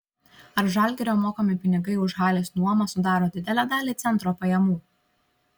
ar žalgirio mokami pinigai už halės nuomą sudaro didelę dalį centro pajamų